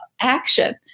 action